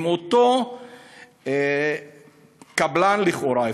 אם אותו קבלן לכאורה,